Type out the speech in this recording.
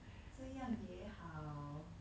这样也好